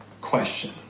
question